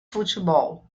futebol